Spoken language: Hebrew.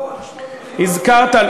אתה הזכרת,